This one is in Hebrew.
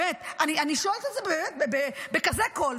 באמת, אני שואלת את זה באמת בכזה קול.